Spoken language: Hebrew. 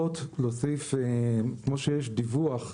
כמו שיש דיווח,